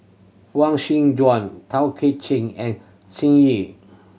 Huang Joan Tay Kay Chin and Shen Yi